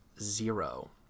zero